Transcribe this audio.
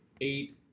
eight